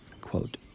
Quote